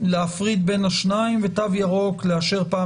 להפריד בין השניים ותו ירוק לאשר פעם